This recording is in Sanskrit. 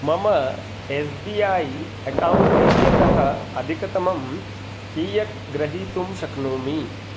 मम एस् बी ऐ अकौण्ट् इत्यतः अधिकतमं कीयत् ग्रहीतुं शक्नोमि